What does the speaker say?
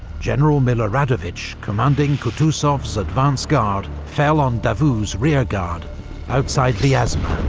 general miloradovich, commanding kutuzov's advance guard, fell on davout's rearguard outside vyazma.